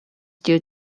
due